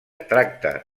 tracta